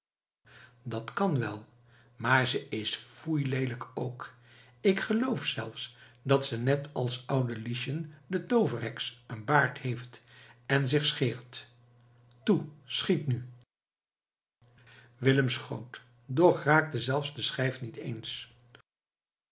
dat kan wel maar ze is foei leelijk ook ik geloof zelfs dat ze net als oude lieschen de tooverheks een baard heeft en zich scheert toe schiet nu willem schoot doch raakte zelfs de schijf niet eens